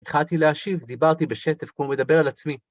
התחלתי להשיב, דיברתי בשטף כמו לדבר על עצמי.